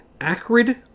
acrid